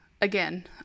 again